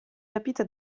rapita